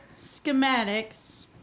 schematics